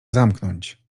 zamknąć